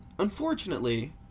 Unfortunately